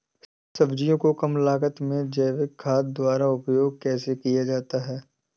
सब्जियों को कम लागत में जैविक खाद द्वारा उपयोग कैसे किया जाता है?